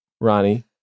Ronnie